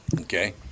okay